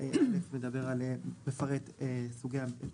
לא ועדת הכספים.